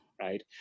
right